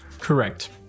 Correct